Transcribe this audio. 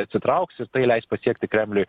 atsitrauks ir tai leis pasiekti kremliui